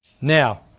Now